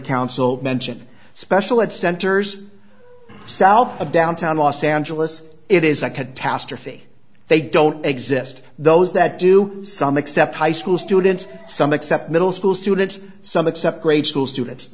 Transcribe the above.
counsel mention special ed centers south of downtown los angeles it is a catastrophe they don't exist those that do some except high school students some accept middle school students some accept grade school students